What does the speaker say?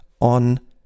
on